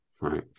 right